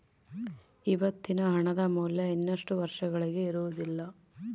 ಇವತ್ತಿನ ಹಣದ ಮೌಲ್ಯ ಇನ್ನಷ್ಟು ವರ್ಷಗಳಿಗೆ ಇರುವುದಿಲ್ಲ